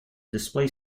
display